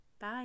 Bye